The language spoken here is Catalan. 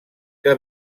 que